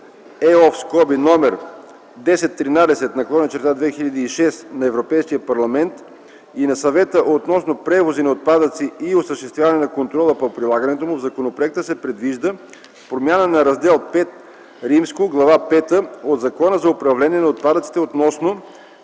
(ЕО) № 1013/2006 на Европейския парламент и на Съвета относно превози на отпадъци и осъществяване на контрола по прилагането му в законопроекта се предвижда промяна на Раздел V, Глава пета от Закона за управление на отпадъците относно